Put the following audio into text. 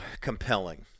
compelling